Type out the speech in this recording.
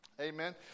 Amen